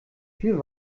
viel